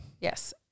Yes